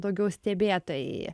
daugiau stebėtojai